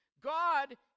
God